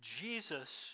Jesus